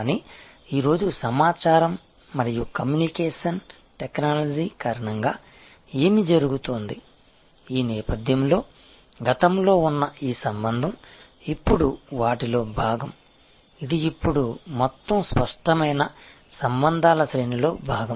కానీ ఈ రోజు సమాచారం మరియు కమ్యూనికేషన్ టెక్నాలజీ కారణంగా ఏమి జరుగుతోంది ఈ నేపథ్యంలో గతంలో ఉన్న ఈ సంబంధం ఇప్పుడు వాటిలో భాగం ఇది ఇప్పుడు మొత్తం స్పష్టమైన సంబంధాల శ్రేణిలో భాగం